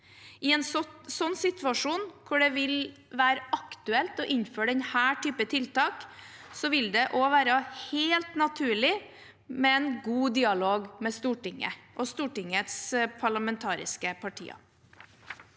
I en sånn situasjon hvor det vil være aktuelt å innføre denne typen tiltak, vil det også være helt naturlig med en god dialog med Stortinget og Stortingets parlamentariske partier.